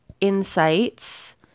insights